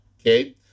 okay